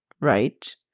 right